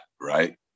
Right